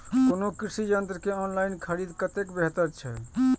कोनो कृषि यंत्र के ऑनलाइन खरीद कतेक बेहतर छै?